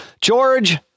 George